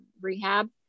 rehab